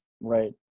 Right